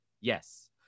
Yes